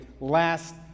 last